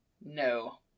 No